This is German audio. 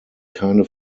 keine